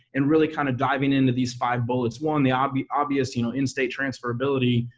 and really kind of diving into these five bullets. one, the obvious obvious you know in-state transferability,